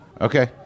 Okay